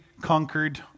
conquered